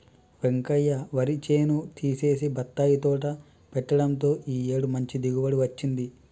వెంకయ్య వరి చేను తీసేసి బత్తాయి తోట పెట్టడంతో ఈ ఏడు మంచి దిగుబడి వచ్చింది